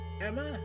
Emma